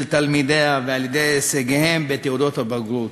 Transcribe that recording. תלמידיה ועל-ידי הישגיהם בתעודות הבגרות.